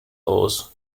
aus